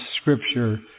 Scripture